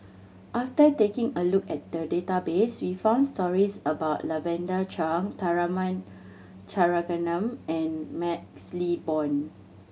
after taking a look at the database we found stories about Lavender Chang Tharman Shanmugaratnam and MaxLe Blond